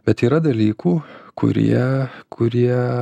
bet yra dalykų kurie kurie